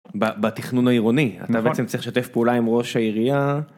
בתכנון העירוני אתה בעצם צריך לשתף פעולה עם ראש העירייה...